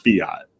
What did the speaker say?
fiat